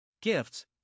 Gifts